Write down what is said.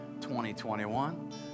2021